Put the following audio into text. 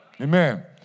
Amen